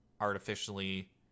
artificially